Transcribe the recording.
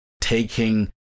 taking